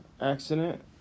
accident